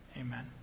amen